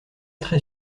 très